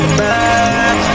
back